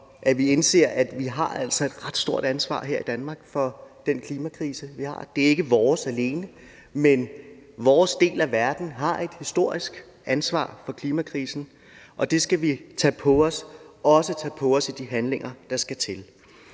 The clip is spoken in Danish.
vi indser, at vi altså har et ret stort ansvar her i Danmark for den klimakrise, der er. Det er ikke vores alene, men vores del af verden har et historisk ansvar for klimakrisen, og det skal vi tage på os, og vi skal også tage de handlinger, der skal til,